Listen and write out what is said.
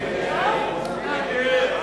מי בעד?